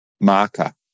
marker